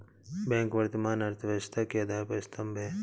bank वर्तमान अर्थव्यवस्था के आधार स्तंभ है